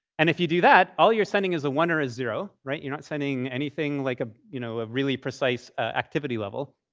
and if you do that, all you're sending is a one or a zero, right? you're not sending anything like ah you know a really precise activity level.